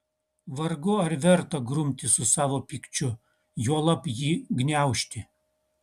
vargu ar verta grumtis su savo pykčiu juolab jį gniaužti